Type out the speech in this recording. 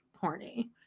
horny